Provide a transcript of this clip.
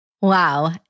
Wow